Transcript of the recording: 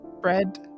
bread